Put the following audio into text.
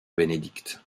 bénédicte